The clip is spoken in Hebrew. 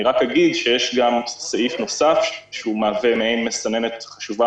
אני רק אגיד שיש גם סעיף נוסף שמהווה מסננת חשובה